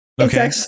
Okay